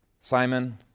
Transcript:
Simon